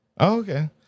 okay